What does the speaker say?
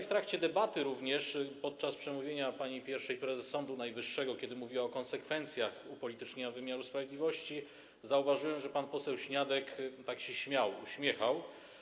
W trakcie debaty, podczas przemówienia pani pierwszej prezes Sądu Najwyższego, która mówiła o konsekwencjach upolitycznienia wymiaru sprawiedliwości, zauważyłem, że pan poseł Śniadek tak się śmiał, uśmiechał.